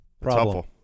problem